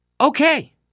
Okay